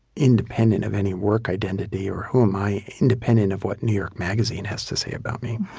independent of any work identity? or who am i, independent of what new york magazine has to say about me?